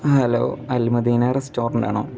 hello Al Madina റസ്റ്റോറൻറ്റാണോ